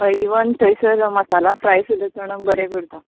हय इवन थंयसर मसाला फ्राय सुद्दां चणक बरें करता